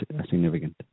significant